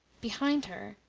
behind her,